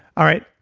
all right.